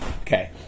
Okay